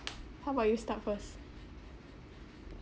how about you start first